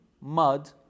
mud